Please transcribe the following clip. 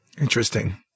Interesting